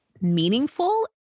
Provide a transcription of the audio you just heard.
meaningful